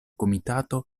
komitato